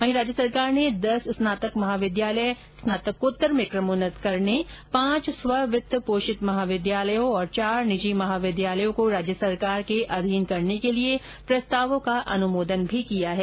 वहीं राज्य सरकार ने दस स्नातंक महाविद्यालय स्नातकोत्तर में कमोन्नत करने पांच स्व वित्त पोषित महाविद्यालयों और चार निजी महाविद्यालयों को राज्य सरकार के अधीन करने के लिए प्रस्तावों का अनुमोदन भी किया है